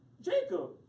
Jacob